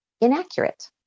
inaccurate